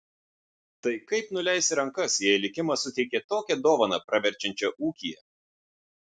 tai kaip nuleisi rankas jei likimas suteikė tokią dovaną praverčiančią ūkyje